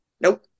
Nope